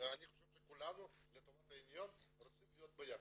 אני חושב שכולנו לטובת העניין רוצים להיות ביחד.